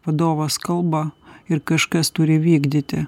vadovas kalba ir kažkas turi vykdyti